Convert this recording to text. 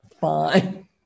fine